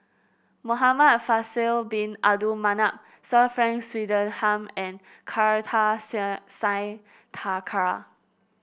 Muhamad Faisal Bin Abdul Manap Sir Frank Swettenham and Kartar Singh Thakral